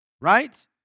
right